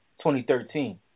2013